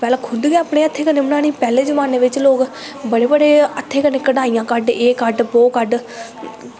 पैह्लैं खुद गै अपनें हत्थैं कन्नै बनानी पैह्लै जमानै बिच्च लोग बड़े बड़े हत्थैं कन्नै कढ़ाइयां कड्ढ जे कड्ढ बो कड्ढ